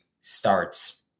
starts